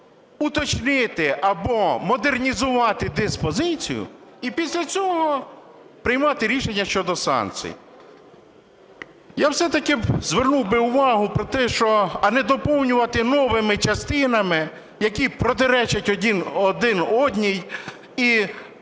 уточнити або модернізувати диспозицію і після цього приймати рішення щодо санкцій. Я б все-таки звернув би увагу про те, що… А не доповнювати новими частинами, які протирічать одна одній,